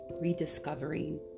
rediscovering